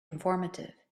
informative